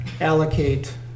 allocate